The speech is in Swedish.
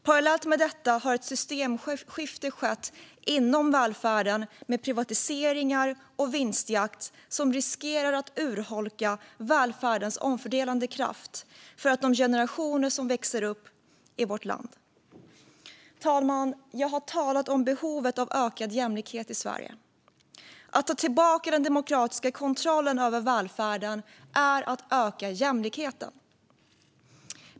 Parallellt med detta har ett systemskifte skett inom välfärden med privatiseringar och vinstjakt som riskerar att urholka välfärdens omfördelande kraft för de generationer som växer upp i vårt land. Fru talman! Jag har talat om behovet av ökad jämlikhet i Sverige. Att ta tillbaka den demokratiska kontrollen över välfärden är att öka jämlikheten.